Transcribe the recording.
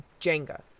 Jenga